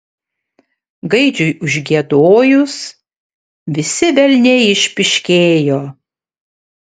gaidžiui užgiedojus visi velniai išpyškėjo